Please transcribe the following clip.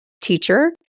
teacher